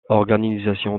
organisation